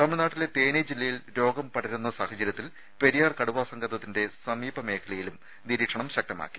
തമിഴ്നാട്ടിലെ തേനി ജില്ലയിൽ രോഗം പടരുന്ന സാഹചര്യത്തിൽ പെരിയാർ കടുവ സങ്കേതത്തിന്റെ സമീപ മേഖലയിലും നിരീക്ഷണം ശക്തമാക്കി